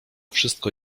wszystko